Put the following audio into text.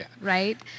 right